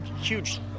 huge